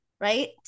right